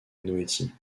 noétie